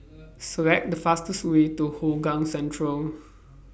Select The fastest Way to Hougang Central